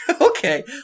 okay